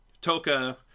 toka